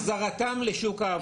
אוקיי, החזרתם לשוק העבודה.